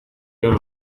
lleva